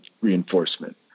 reinforcement